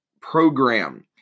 program